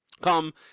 come